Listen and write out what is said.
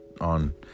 on